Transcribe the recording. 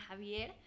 Javier